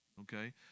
Okay